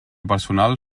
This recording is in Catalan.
personal